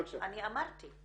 אמרתי,